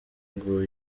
ngo